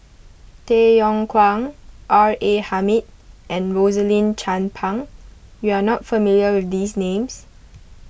Tay Yong Kwang R A Hamid and Rosaline Chan Pang you are not familiar with these names